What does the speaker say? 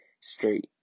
straight